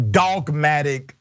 dogmatic